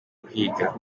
kwiga